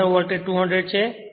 terminal voltage 200 છે